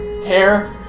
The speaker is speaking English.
hair